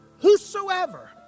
Whosoever